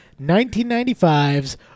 1995's